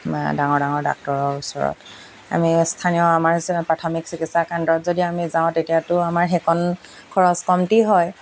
ডাঙৰ ডাঙৰ ডাক্তৰৰ ওচৰত আমি স্থানীয় আমাৰ প্ৰাথমিক চিকিৎসা কেন্দ্ৰত যদি আমি যাওঁ তেতিয়াতো আমাৰ সেইকণ খৰচ কমতি হয়